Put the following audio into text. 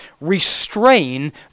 restrain